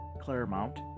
Claremont